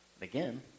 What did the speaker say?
Again